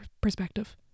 perspective